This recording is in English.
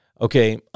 Okay